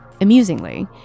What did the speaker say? Amusingly